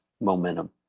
momentum